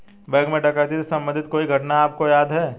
Bank में डकैती से संबंधित कोई घटना आपको याद है?